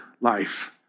life